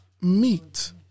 meet